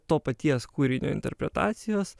to paties kūrinio interpretacijos